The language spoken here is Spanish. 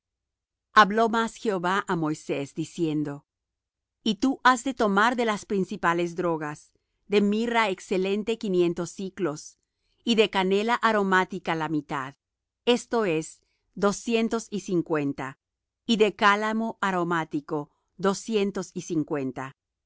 habló más jehová á moisés diciendo y tú has de tomar de las principales drogas de mirra excelente quinientos siclos y de canela aromática la mitad esto es doscientos y cincuenta y de cálamo aromático doscientos y cincuenta